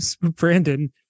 Brandon